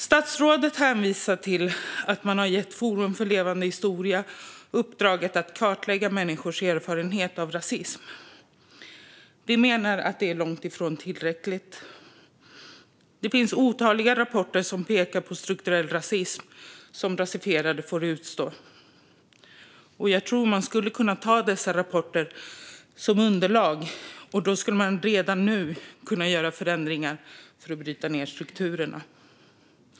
Statsrådet hänvisar till att man har gett Forum för levande historia uppdraget att kartlägga människors erfarenheter av rasism. Vi menar att det är långt ifrån tillräckligt. Det finns otaliga rapporter som pekar på strukturell rasism som rasifierade får utstå. Jag tror att man skulle kunna använda dessa rapporter som underlag, och då skulle man redan nu kunna göra förändringar för att bryta ned strukturerna.